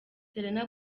selena